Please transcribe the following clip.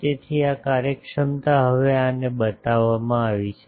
તેથી આ કાર્યક્ષમતા હવે આને બતાવવામાં આવી છે